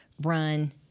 run